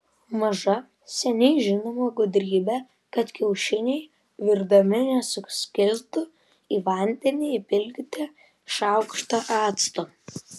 maža seniai žinoma gudrybė kad kiaušiniai virdami nesuskiltų į vandenį įpilkite šaukštą acto